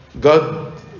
God